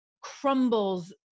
crumbles